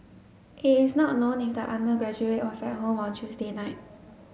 it is not known if the undergraduate was at home on Tuesday night